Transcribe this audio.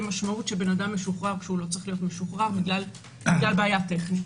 משמעות שאדם משוחרר כשלא צריך להיות משוחרר בגלל בעיה טכנית.